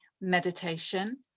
meditation